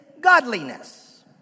godliness